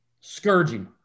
Scourging